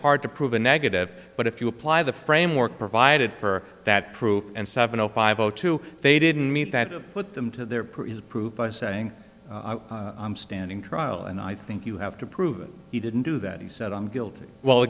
hard to prove a negative but if you apply the framework provided for that proof and seven zero five zero two they didn't meet that put them to their per is approved by saying i'm standing trial and i think you have to prove he didn't do that he said i'm guilty well the